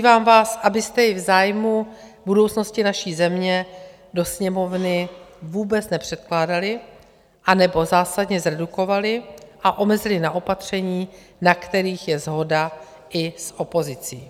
Vyzývám vás, abyste jej v zájmu budoucnosti naší země do Sněmovny vůbec nepředkládali, anebo zásadně zredukovali a omezili na opatření, na kterých je shoda i s opozicí.